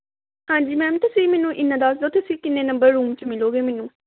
ਹਾਂਜੀ ਮੈਮ ਤੁਸੀਂ ਮੈਨੂੰ ਇੰਨਾ ਦੱਸ ਦਿਓ ਤੁਸੀਂ ਕਿੰਨੇ ਨੰਬਰ ਰੂਮ 'ਚ ਮਿਲੋਗੇ ਮੈਨੂੰ